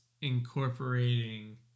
incorporating